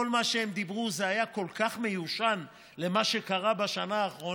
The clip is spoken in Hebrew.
כל מה שהם אמר היה כל כך מיושן למה שקרה בשנה האחרונה.